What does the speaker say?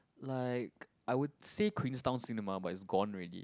like I would say Queenstown cinema but it's gone already